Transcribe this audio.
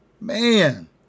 Man